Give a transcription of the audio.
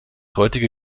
heutige